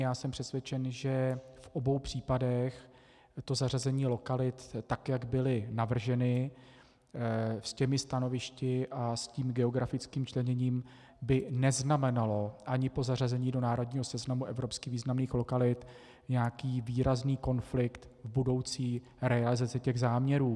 Já jsem přesvědčen, že v obou případech to zařazení lokalit, tak jak byly navrženy, s těmi stanovišti a s tím geografickým členěním, by neznamenalo ani po zařazení do národního seznamu evropsky významných lokalit nějaký výrazný konflikt v budoucí realizaci těch záměrů.